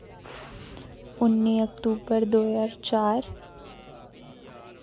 उन्नी अक्टूबर दो ज्हार चार